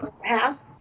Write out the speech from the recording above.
half